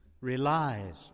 relies